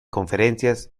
conferencias